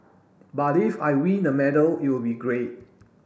but if I win a medal it would be great